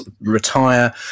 retire